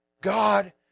God